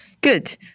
Good